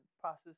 process